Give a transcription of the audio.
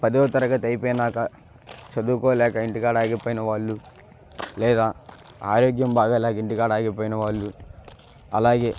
పదవతరగతి అయిపోయాక చదువుకోలేక ఇంటికాడ ఆగిపోయిన వాళ్ళు లేదా ఆరోగ్యం బాగలేక ఇంటికాడ ఆగిపోయిన వాళ్ళు అలాగే